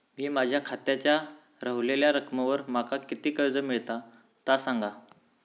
मी माझ्या खात्याच्या ऱ्हवलेल्या रकमेवर माका किती कर्ज मिळात ता सांगा?